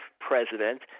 president